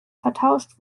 vertauscht